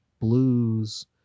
blues